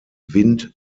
wind